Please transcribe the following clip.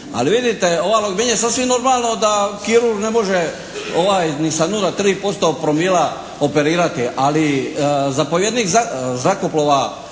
Ali vidite meni je sasvim normalno da kirurg ne može ni sa 0,3% promila operirati, ali zapovjednik zrakoplova